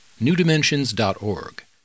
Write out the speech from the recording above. newdimensions.org